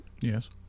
yes